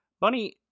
Bunny